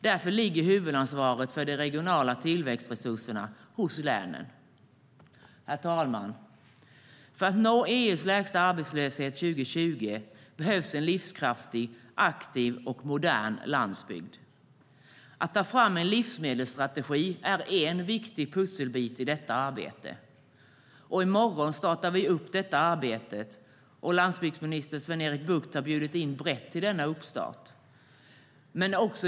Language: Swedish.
Därför ligger också huvudansvaret för de regionala tillväxtresurserna hos länen. Herr talman! För att nå EU:s lägsta arbetslöshet 2020 behövs en livskraftig, aktiv och modern landsbygd. Att ta fram en livsmedelsstrategi är en viktig pusselbit i detta arbete. I morgon startar vi detta arbete, och landsbygdsminister Sven-Erik Bucht har bjudit in brett till denna uppstart.